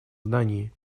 здании